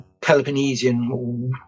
Peloponnesian